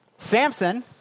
Samson